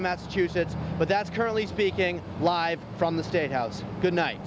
in massachusetts but that's currently speaking live from the state house good night